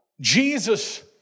Jesus